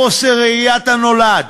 בחוסר ראיית הנולד,